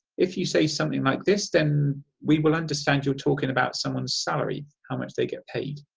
if you say something like this then we will understand you're talking about someone's salary how much they get paid.